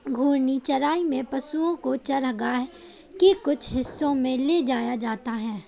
घूर्णी चराई में पशुओ को चरगाह के कुछ हिस्सों में ले जाया जाता है